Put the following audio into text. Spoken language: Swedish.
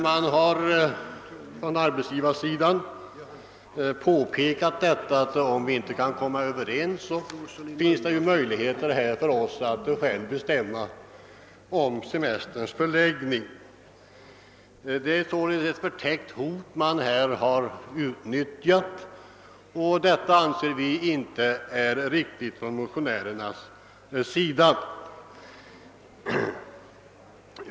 Man har då från arbetsgivarsidan påpekat att, om vi inte kan komma överens, har vi ju möjligheten att själv bestämma om semesterns förläggning. Man har således här framställt ett förtäckt hot. Vi motionärer anser inte att detta är riktigt.